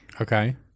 okay